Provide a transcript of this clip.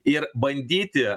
ir bandyti